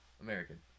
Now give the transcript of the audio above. American